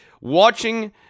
Watching